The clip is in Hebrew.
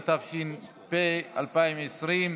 התש"ף 2020,